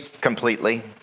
completely